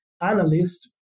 analyst